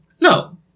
No